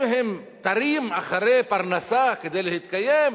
אם הם תרים אחרי פרנסה כדי להתקיים,